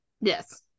yes